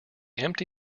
empty